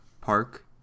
park